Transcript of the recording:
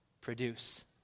produce